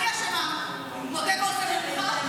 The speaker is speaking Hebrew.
--- אני אשמה, מודה ועוזב ירוחם.